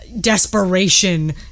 desperation